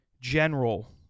general